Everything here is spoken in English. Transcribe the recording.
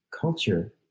culture